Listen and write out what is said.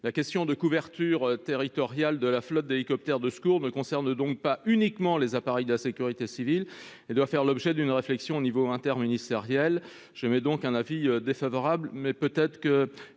La question de la couverture territoriale de la flotte d'hélicoptères de secours ne concerne donc pas uniquement les appareils de la sécurité civile et doit faire l'objet d'une réflexion à l'échelon interministériel. La commission émet un avis défavorable sur cet